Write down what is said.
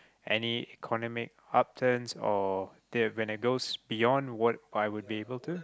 any economic upturns or th~ when I goes beyond word I would be able to